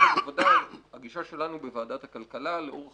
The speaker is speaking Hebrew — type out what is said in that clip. בוודאי שהגישה שלנו בוועדת הכלכלה לאורך